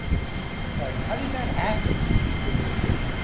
like how does that happen in new york?